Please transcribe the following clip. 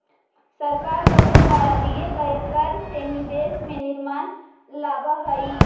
सरकार लोगों द्वारा दिए गए कर से ही देश में निर्माण लावअ हई